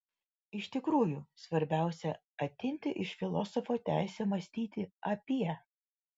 iš tikrųjų svarbiausia atimti iš filosofo teisę mąstyti apie